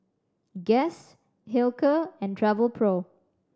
Guess Hilker and Travelpro